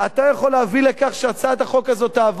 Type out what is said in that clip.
אתה יכול להביא לכך שהצעת החוק הזאת תעבור.